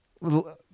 little